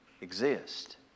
exist